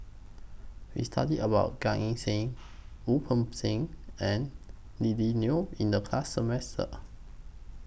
We studied about Gan Eng Seng Wu Peng Seng and Lily Neo in The class